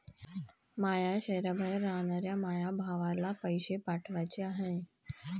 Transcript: माया शैहराबाहेर रायनाऱ्या माया भावाला पैसे पाठवाचे हाय